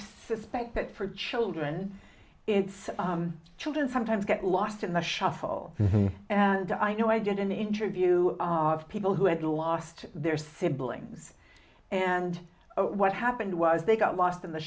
suspect that for children it's children sometimes get lost in the shuffle and i know i did an interview of people who had lost their siblings and what happened was they got lost in the